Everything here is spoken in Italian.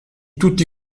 tutti